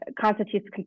constitutes